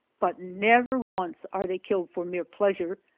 but never once are they killed for mere pleasure!